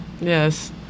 Yes